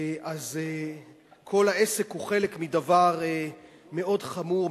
אז כל העסק הוא חלק מדבר מאוד חמור,